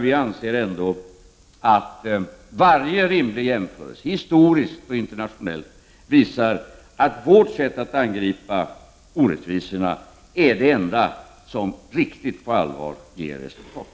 Vi anser att varje rimlig historisk och internationell jämförelse visar att vårt sätt att angripa orättvisorna är det enda som på allvar ger resultat.